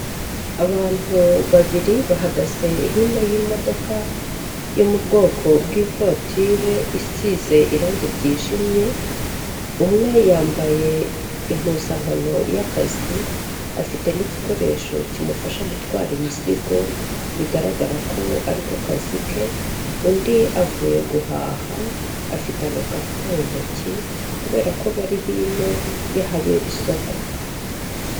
Abantu babiri bahagaze hino y'imodoka yo mu bwoko bw'ivatiri isize irangi ryijimye, umwe yambaye impuzankano y'akazi afite n'igikoresho kimufasha gutwara imizigo bigaragara ko ari kazi ke, undi avuye guhaha afite agakapu mu ntoki kubera ko bari hino y'ahabera isoko.